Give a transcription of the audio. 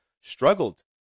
struggled